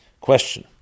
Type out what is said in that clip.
Question